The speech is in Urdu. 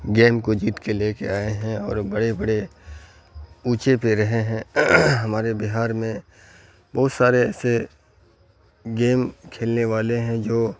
گیم کو جیت کے لے کے آئے ہیں اور بڑے بڑے اونچے پہ رہے ہیں ہمارے بہار میں بہت سارے ایسے گیم کھیلنے والے ہیں جو